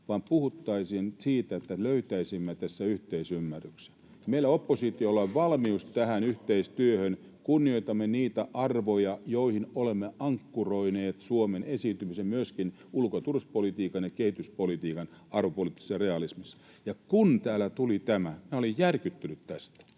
että puhuttaisiin siitä, miten löytäisimme tässä yhteisymmärryksen. Meillä oppositiolla on valmius tähän yhteistyöhön. Kunnioitamme niitä arvoja, joihin olemme ankkuroineet Suomen esiintymisen myöskin ulko- ja turvallisuuspolitiikan ja kehityspolitiikan arvopoliittisessa realismissa. Minä olin järkyttynyt tästä,